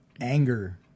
Anger